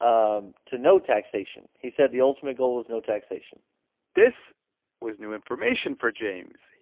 um to no taxation. he said the ultimate goal was no taxation this was new information for james.